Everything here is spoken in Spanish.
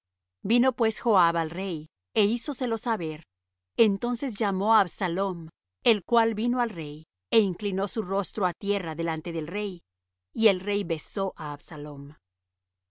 vino pues joab al rey é hízoselo saber entonces llamó á absalom el cual vino al rey é inclinó su rostro á tierra delante del rey y el rey besó á absalom